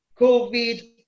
covid